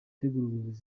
itegura